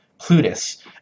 Plutus